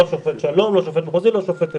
לא שופט שלום, לא שופט מחוזי ולא שופט עליון.